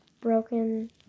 Broken